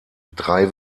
drei